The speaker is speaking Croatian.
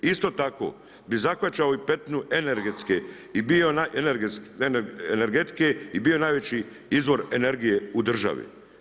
Isto tako bi zahvaćao i petinu energetske i bioenergetike i bio najveći izvor energije u državi.